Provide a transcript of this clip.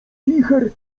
wicher